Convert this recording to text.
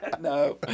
No